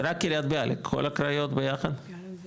רק קריית ביאליק, כל הקריות ביחד?